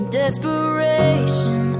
desperation